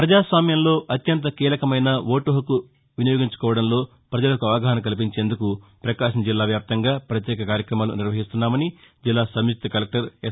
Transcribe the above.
ప్రపజాస్వామ్యంలో అత్యంత కీలకమైన ఓటుహక్కు వినియోగించు కోవడంలో ప్రపజలకు అవగాహన కల్పించేందుకు ప్రకాశం జిల్లా వ్యాప్తంగా పత్యేక కార్యక్రమాలు నిర్వహిస్తున్నామని జిల్లా సంయుక్త కలెక్టర్ ఎస్